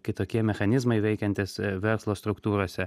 kitokie mechanizmai veikiantys verslo struktūrose